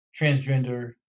transgender